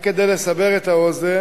רק כדי לסבר את האוזן